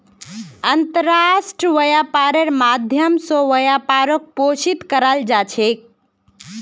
अन्तर्राष्ट्रीय व्यापारेर माध्यम स व्यापारक पोषित कराल जा छेक